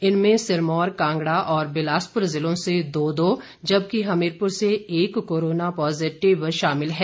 इनमें सिरमौर कांगड़ा और बिलासपुर जिलों से दो दो जबकि हमीरपुर से एक कोरोना पॉजिटिव शामिल हैं